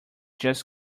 just